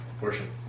Worship